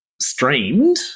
streamed